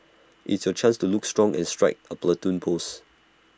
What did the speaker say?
it's your chance to look strong and strike A Platoon pose